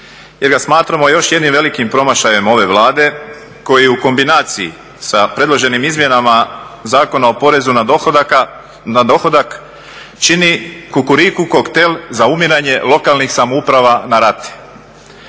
jer ga smatramo još jednim velikim promašajem ove Vlade koji u kombinaciji sa predloženim izmjenama Zakona o porezu na dohodak čini kukuriku koktel za umiranje lokalnih samouprava na rate.